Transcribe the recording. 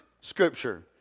scripture